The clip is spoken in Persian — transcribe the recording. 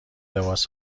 لباس